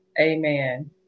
Amen